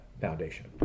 foundation